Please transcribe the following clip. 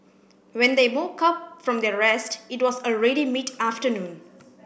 when they woke up from their rest it was already mid afternoon